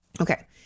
Okay